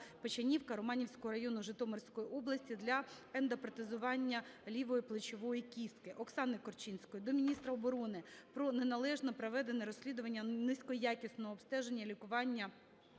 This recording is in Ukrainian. Печанівка Романівського району, Житомирської області, для ендопротезування лівої плечової кістки. Оксани Корчинської до міністра оборони про неналежно проведене розслідування низькоякісного обстеження, лікування